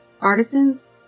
artisans